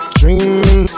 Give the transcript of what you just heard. dreaming